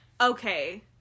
okay